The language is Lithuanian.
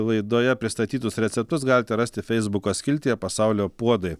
laidoje pristatytus receptus galite rasti feisbuko skiltyje pasaulio puodai